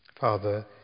Father